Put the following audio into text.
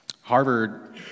harvard